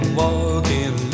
walking